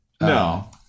No